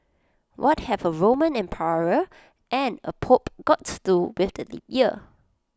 what have A Roman emperor and A pope got to do with the leap year